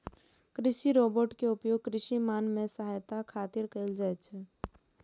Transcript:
कृषि रोबोट के उपयोग कृषि काम मे सहायता खातिर कैल जाइ छै